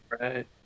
Right